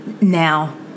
Now